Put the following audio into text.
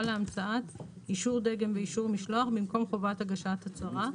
להמצאת אישור דגם ואישור משלוח במקום חובת הגשת הצהרה.